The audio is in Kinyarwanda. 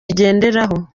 igenderaho